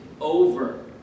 over